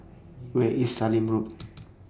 Where IS Sallim Road